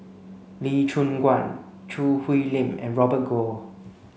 Lee Choon Guan Choo Hwee Lim and Robert Goh